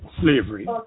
slavery